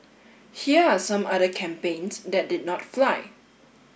here are some other campaigns that did not fly